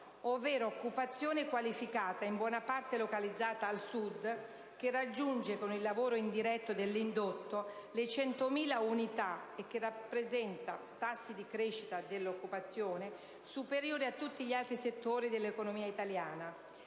ovvero occupazione qualificata in buona parte localizzata al Sud, che raggiunge, con il lavoro indiretto dell'indotto, le 100.000 unità e che presenta tassi di crescita dell'occupazione superiori a tutti gli altri settori dell'economia italiana,